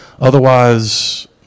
Otherwise